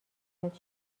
ازت